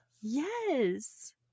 Yes